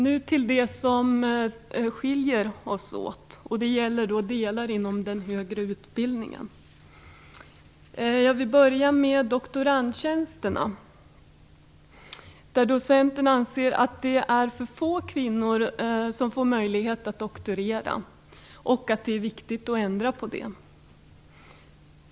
Nu till det som skiljer oss åt, nämligen delar inom den högre utbildningen. Jag börjar med doktorandtjänsterna, där Centern anser att det är få för kvinnor som får möjlighet att doktorera och att det är viktigt att ändra på detta förhållande.